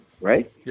right